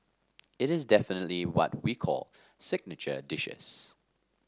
it is definitely what we call signature dishes